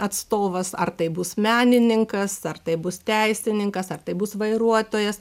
atstovas ar tai bus menininkas ar tai bus teisininkas ar tai bus vairuotojas